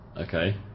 Okay